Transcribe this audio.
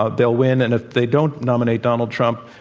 ah they'll win, and if they don't nominate donald trump,